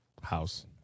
House